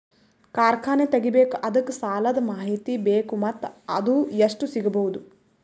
ಕಾರ್ಖಾನೆ ತಗಿಬೇಕು ಅದಕ್ಕ ಸಾಲಾದ ಮಾಹಿತಿ ಬೇಕು ಮತ್ತ ಅದು ಎಷ್ಟು ಸಿಗಬಹುದು?